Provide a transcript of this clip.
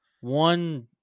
one